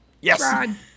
Yes